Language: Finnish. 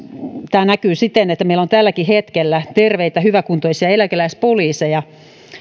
tämä näkyy siten että meillä on tälläkin hetkellä terveitä hyväkuntoisia eläkeläispoliiseja